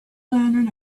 lantern